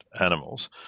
animals